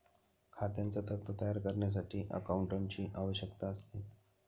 खात्यांचा तक्ता तयार करण्यासाठी अकाउंटंटची आवश्यकता असते